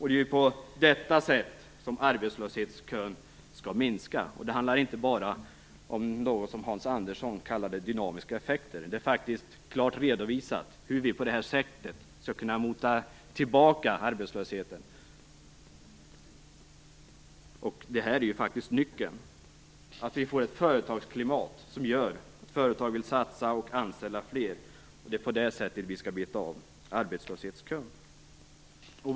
Det är på detta sätt som arbetslöshetskön skall minska. Det handlar inte bara om något som Hans Andersson kallade dynamiska effekter. Det är faktiskt klart redovisat hur vi på det här sättet skall kunna mota tillbaka arbetslösheten. Det här är faktiskt nyckeln, att vi får ett företagsklimat som gör att företag vill satsa och anställa fler. Det är på det sättet vi skall beta av arbetslöshetskön.